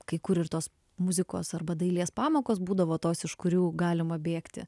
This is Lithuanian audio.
kai kur ir tos muzikos arba dailės pamokos būdavo tos iš kurių galima bėgti